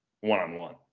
one-on-one